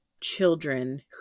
children